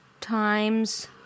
times